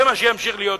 זה מה שימשיך להיות.